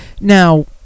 Now